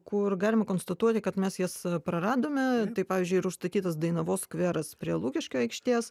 kur galima konstatuoti kad mes jas praradome tai pavyzdžiui ir užstatytas dainavos skveras prie lukiškių aikštės